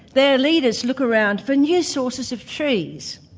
their leaders look around for new sources of trees,